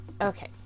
Okay